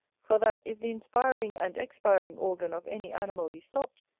for that if the inspiring and expiring organ of any animal be stopped,